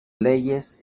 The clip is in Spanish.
leyes